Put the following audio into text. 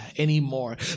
anymore